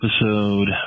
episode